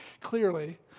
Clearly